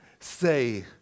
Say